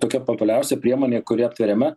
tokia populiariausia priemonė kuri aptveriama